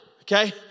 okay